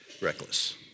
reckless